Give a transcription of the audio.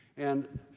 and